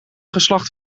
geslacht